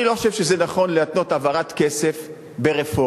אני לא חושב שזה נכון להתנות העברת כסף ברפורמה.